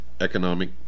economic